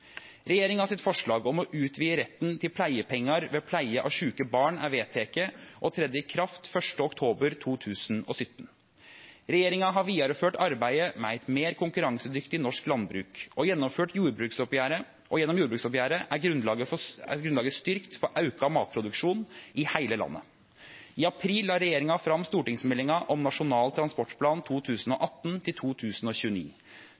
forslag om å utvide retten til pleiepengar ved pleie av sjuke barn er vedteke og tredde i kraft 1. oktober 2017. Regjeringa har vidareført arbeidet med eit meir konkurransedyktig norsk landbruk, og gjennom jordbruksoppgjeret er grunnlaget styrkt for auka matproduksjon i heile landet. I april la regjeringa fram stortingsmeldinga om Nasjonal transportplan